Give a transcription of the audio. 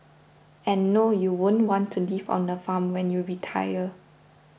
and no you won't want to live on a farm when you retire